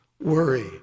worry